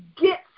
get